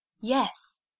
Yes